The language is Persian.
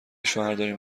شوهرداریم